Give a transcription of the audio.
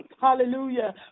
hallelujah